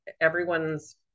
everyone's